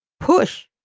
push